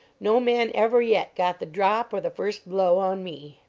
no man ever yet got the drop or the first blow on me!